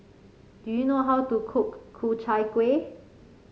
do you know how to cook Ku Chai Kueh